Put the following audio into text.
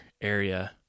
area